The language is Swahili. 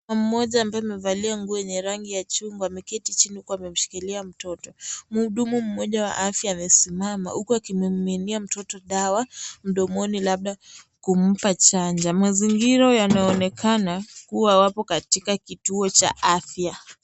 Mama mmoja ambaye amevalia nguo yenye rangi ya chungwa ameketi chini huku amemshikilia mtoto. Muhudumu mmoja wa afya amesimama huku akimmiminia mtoto dawa mdomoni labda kumpa chanjo. Mazingira yanaonekana kuwa wapo katika kituo cha afya.